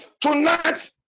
Tonight